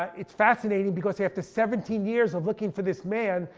it's fascinating because after seventeen years of looking for this man,